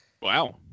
Wow